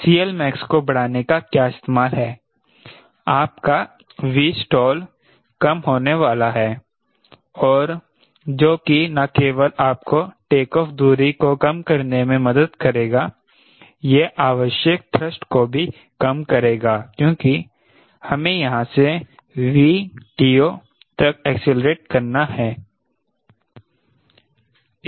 CLmax को बढ़ाने का क्या इस्तेमाल हैं आपका Vstall कम होने वाला है और जो कि ना केवल आपको टेकऑफ़ दूरी को कम करने में मदद करेगा यह आवश्यक थ्रस्ट को भी कम करेगा क्योंकि हमें यहां से VTO तक एक्सेलेरेट करना है